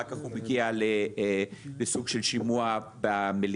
אחר כך הוא מגיע לסוג של שימוע במליאה.